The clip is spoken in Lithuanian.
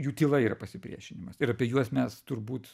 jų tyla yra pasipriešinimas ir apie juos mes turbūt